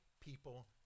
people